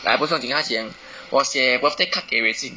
eh 不要紧她讲我写 birthday card 给 wei jing